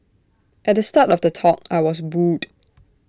at the start of the talk I was booed